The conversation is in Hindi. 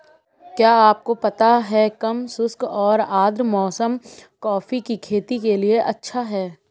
क्या आपको पता है कम शुष्क और आद्र मौसम कॉफ़ी की खेती के लिए अच्छा है?